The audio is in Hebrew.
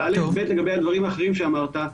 לגבי הדברים האחרים שאמרת,